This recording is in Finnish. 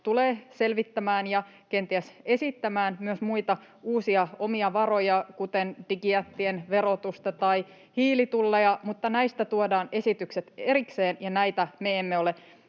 tulee selvittämään ja kenties esittämään myös muita uusia omia varoja, kuten digijättien verotusta tai hiilitulleja, mutta näistä tuodaan esitykset erikseen, ja näitä me emme ole